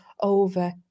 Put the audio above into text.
over